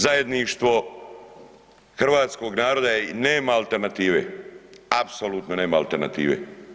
Zajedništvo hrvatskog naroda nema alternative, apsolutno nema alternative.